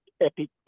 epic